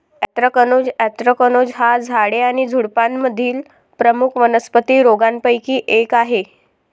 anthracnose anthracnose हा झाडे आणि झुडुपांमधील प्रमुख वनस्पती रोगांपैकी एक आहे